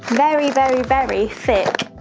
very, very, very thick